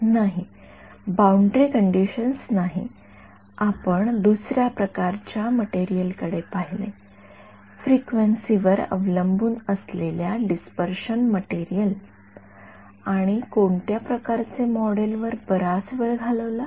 नाही boundary conditions नाही आपण दुसऱ्या प्रकारच्या मटेरिअल कडे पाहिले फ्रिक्वेन्सी वर अवलंबून असलेल्या डिस्पर्शन मटेरिअल्स आणि कोणत्या प्रकारचे मॉडेल वर बराच वेळ घालवला